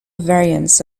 variants